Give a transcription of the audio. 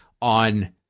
on